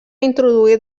introduir